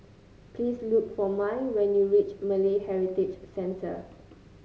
please look for Mai when you reach Malay Heritage Center